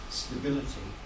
stability